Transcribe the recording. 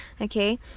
Okay